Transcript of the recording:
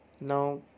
Now